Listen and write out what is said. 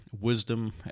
wisdom